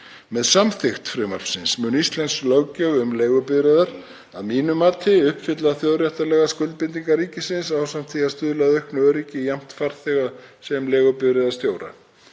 Með samþykkt frumvarpsins mun íslensk löggjöf um leigubifreiðar að mínu mati uppfylla þjóðréttarlegar skuldbindingar ríkisins ásamt því að stuðla að auknu öryggi jafnt farþega sem leigubifreiðastjóra.